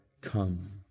come